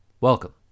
Welcome